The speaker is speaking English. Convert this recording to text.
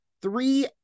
three